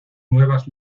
nuevas